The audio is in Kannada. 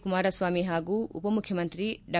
ಕುಮಾರಸ್ವಾಮಿ ಹಾಗೂ ಉಪಮುಖ್ಯಮಂತ್ರಿ ಡಾ